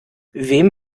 wem